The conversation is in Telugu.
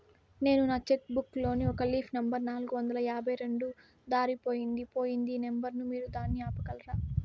నేను నా చెక్కు బుక్ లోని ఒక లీఫ్ నెంబర్ నాలుగు వందల యాభై రెండు దారిపొయింది పోయింది ఈ నెంబర్ ను మీరు దాన్ని ఆపగలరా?